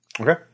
Okay